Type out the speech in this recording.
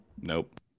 Nope